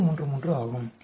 9833 ஆகும்